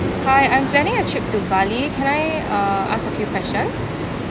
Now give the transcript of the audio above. hi I'm planning a trip to bali can I uh ask a few questions